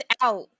out